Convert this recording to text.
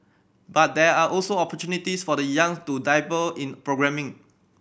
but there are also opportunities for the young to dabble in programming